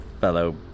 fellow